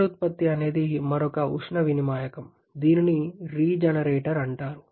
పునరుత్పత్తి అనేది మరొక ఉష్ణ వినిమాయకంహీట్ ఎక్స్చేంజర్ దీనిని రీజెనరేటర్ అంటారు